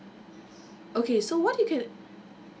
okay so what you can